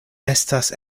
estas